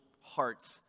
hearts